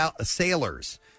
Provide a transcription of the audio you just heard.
Sailors